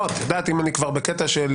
צא להפגנות,